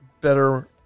better